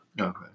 Okay